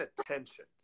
attention